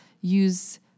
use